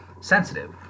sensitive